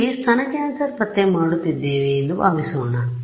ಆದ್ದರಿಂದ ಅಲ್ಲಿ ಸ್ತನ ಕ್ಯಾನ್ಸರ್ ಪತ್ತೆ ಮಾಡುತ್ತಿದ್ದೇವೆ ಎಂದು ಭಾವಿಸೋಣ